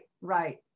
right